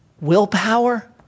willpower